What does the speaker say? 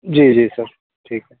जी जी सर ठीक है